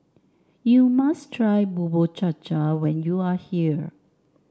you must try Bubur Cha Cha when you are here